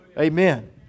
Amen